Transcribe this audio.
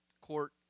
Court